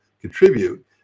contribute